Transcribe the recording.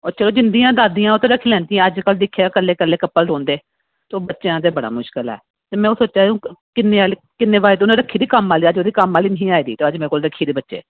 ते चलो जिंदियां दादियां ओह् रक्खी लैंदे पर अज्जकल दिक्खेआ कल्ले कल्ले कपल रौहंदे ते बच्चेआं ते बड़ा मुशकल ऐ ते में सोचा दी ही उनें रक्खी दी कम्मै आह्ली ते अज्ज उं'दे कम्मै आह्ली निं ही आई दी अज्ज मेरे कोल रक्खी गेदे बच्चे